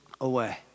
away